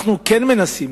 אנחנו כן מנסים,